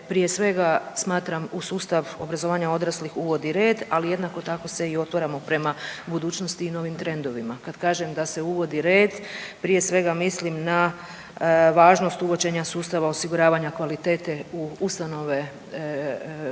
prije svega smatram u sustav obrazovanja odraslih uvodi red, ali jednako tako se i otvaramo prema budućnosti i novim trendovima. Kad kažem da se uvodi red prije svega mislim na važnost uvođenja sustava osiguravanja kvalitete u ustanove koje